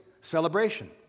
celebration